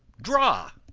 draw!